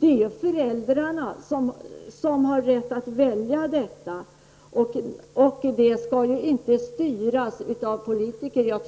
Det är föräldrarna som har rätt att välja, och det valet skall inte styras av politiker.